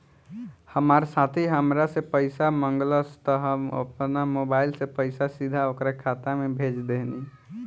हमार साथी हामरा से पइसा मगलस त हम आपना मोबाइल से पइसा सीधा ओकरा खाता में भेज देहनी